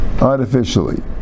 artificially